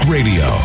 Radio